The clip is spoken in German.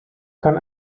kann